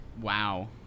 Wow